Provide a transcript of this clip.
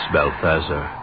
Balthazar